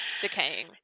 decaying